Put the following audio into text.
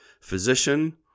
physician